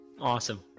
Awesome